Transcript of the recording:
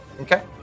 Okay